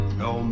no